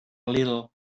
little